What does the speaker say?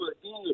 again